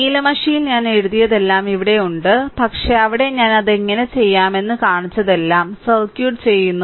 നീല മഷിയിൽ ഞാൻ എഴുതിയതെല്ലാം ഇവിടെയുണ്ട് പക്ഷേ അവിടെ ഞാൻ അത് എങ്ങനെ ചെയ്യാമെന്ന് കാണിച്ചതെല്ലാം സർക്യൂട്ട് ചെയ്യുന്നു